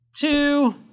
two